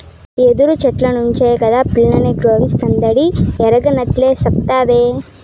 యెదురు చెట్ల నుంచే కాదా పిల్లనగ్రోవస్తాండాది ఎరగనట్లే సెప్తావే